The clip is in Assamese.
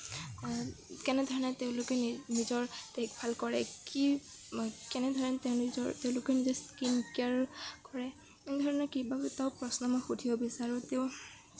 কেনেধৰণে তেওঁলোকে নি নিজৰ দেখ ভাল কৰে কি কেনেধৰণে তেওঁলোকৰ তেওঁলোকে নিজে স্কীন কেয়াৰ কৰে এনেধৰণৰ কেইবাটাও প্ৰশ্ন মই সুধিব বিচাৰোঁ তেওঁক